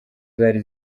zari